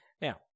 Now